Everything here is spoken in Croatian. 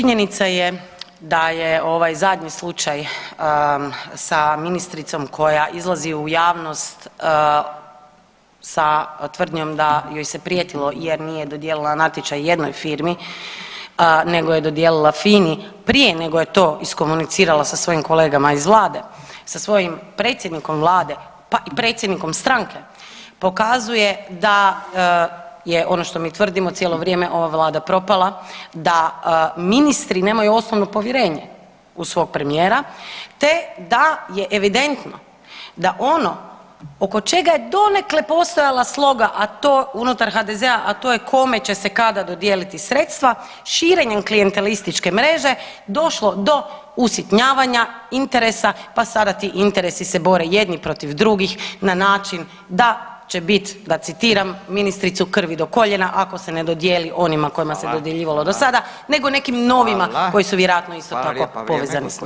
Činjenica je da je ovaj zadnji slučaj sa ministricom koja izlazi u javnost sa tvrdnjom da joj se prijetilo jer nije dodijelila natječaj jednoj firmi nego je dodijelila FINI prije nego je to iskomunicirala sa svojim kolegama iz vlade, sa svojim predsjednikom vlade, pa i predsjednikom stranke pokazuje da je ono što mi tvrdimo cijelo vrijeme ova vlada propala, da ministri nemaju osnovno povjerenje u svog premijera te da je evidentno da ono oko čega je donekle postojala sloga, a to unutar HDZ, a to je kome će se kada dodijeliti sredstva širenjem klijentelističke mreže došlo do usitnjavanja interesa pa sada ti interesi se bore jedni protiv drugih na način da će biti da citiram ministricu „krvi do koljena“ ako se ne dodijeli onima kojima se dodjeljivalo [[Upadica: Hvala.]] do sada, nego nekim novima koji su vjerojatno isto tako [[Upadica: Hvala, hvala lijepa, vrijeme.]] povezani s njima.